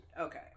Okay